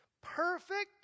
perfect